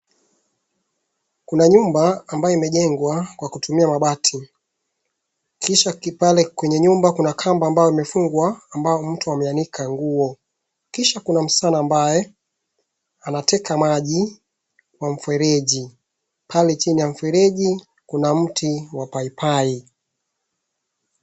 Kuna nyumba ambayo imejengwa kwa kutumia mabati, kisha pale kwenye nyumba kuna kamba ambayo imefungwa, ambayo mtu ameanika nguo, kisha kuna msichana ambaye anateka maji kwa mfereji. Pale chini ya mfereji kuna mti wa paipai.